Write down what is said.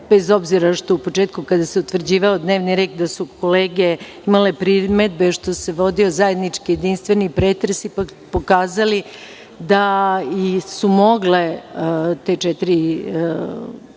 bez obzira što su u početku kada se utvrđivao dnevni red kolege imale primedbe što se vodio zajednički jedinstveni pretres, da su ipak mogle te četiri